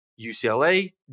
UCLA